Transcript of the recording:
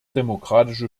demokratische